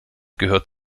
gehört